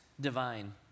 divine